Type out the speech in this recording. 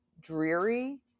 dreary